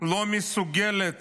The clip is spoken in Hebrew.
לא מסוגלת